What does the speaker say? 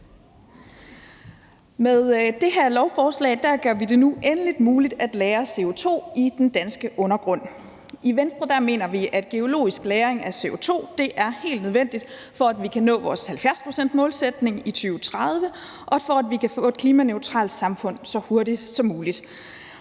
Med det her lovforslag gør vi det nu endelig muligt at lagre CO2 i den danske undergrund. I Venstre mener vi, at geologisk lagring af CO2 er helt nødvendigt, for at vi kan nå vores 70-procentsmålsætning i 2030, og for at vi kan få et klimaneutralt samfund så hurtigt som muligt.